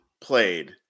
played